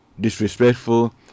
disrespectful